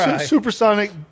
Supersonic